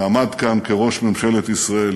ועמד כאן כראש ממשלת ישראל,